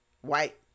white